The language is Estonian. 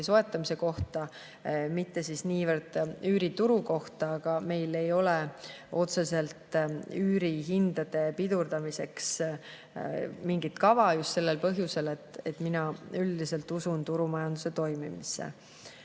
soetamise kohta, mitte niivõrd üürituru kohta. Meil ei ole otseselt üürihindade pidurdamiseks mingit kava just sellel põhjusel, et mina üldiselt usun turumajanduse toimimisse.